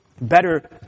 better